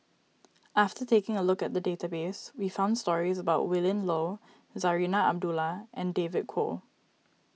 after taking a look at the database we found stories about Willin Low Zarinah Abdullah and David Kwo